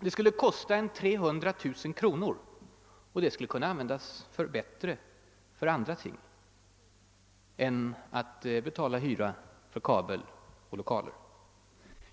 den skulle kosta 300 000 kronor, och de pengarna skulle kunna användas bättre för andra ting än att betala hyra för kabel och lokaler.